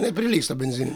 neprilygsta benzininiams